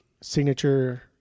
signature